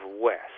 west